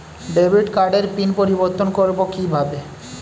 Debit কার্ডের pin পরিবর্তন করবো কীভাবে?